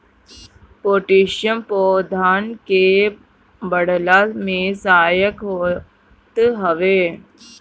potassium पौधन के बढ़ला में सहायक होत हवे